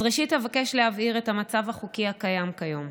ראשית, אבקש להבהיר את המצב החוקי הקיים כיום.